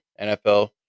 nfl